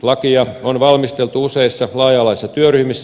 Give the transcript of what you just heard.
lakia on valmisteltu useissa laaja alaisissa työryhmissä